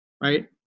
right